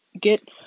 get